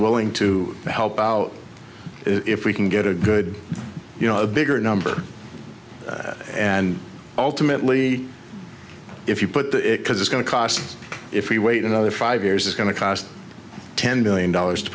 willing to help out if we can get a good you know a bigger number and ultimately if you put it because it's going to cost if we wait another five years is going to cost ten billion dollars to